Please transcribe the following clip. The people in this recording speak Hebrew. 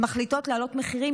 מחליטות לעלות מחירים,